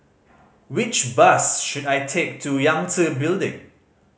which bus should I take to Yangtze Building